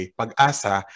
pag-asa